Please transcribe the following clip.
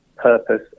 Purpose